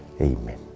Amen